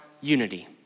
unity